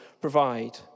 provide